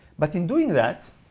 but in doing that,